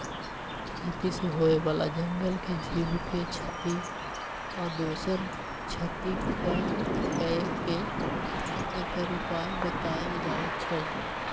खेती से होय बला जंगल के जीव के क्षति आ दोसर क्षति कम क के एकर उपाय् बतायल जाइ छै